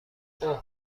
اوه